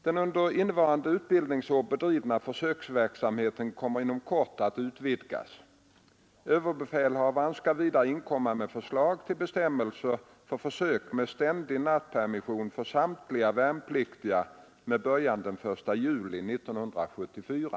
Den under innevarande utbildningsår bedrivna försöksverksamheten kommer inom kort att utvidgas. Överbefälhavaren skall vidare inkomma med förslag till bestämmelser för försök med ständig nattpermission för samtliga värnpliktiga med början den 1 juli 1974.